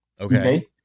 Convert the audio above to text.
okay